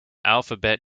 alphabet